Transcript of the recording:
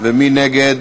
ומי נגד